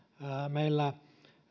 meillä